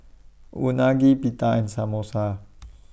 Unagi Pita and Samosa